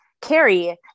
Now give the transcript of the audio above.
Carrie